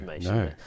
no